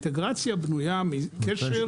האינטגרציה בנויה מקשר